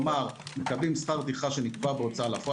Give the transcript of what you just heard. כלומר, מקבלים שכר טרחה שנקבע בהוצאה לפועל.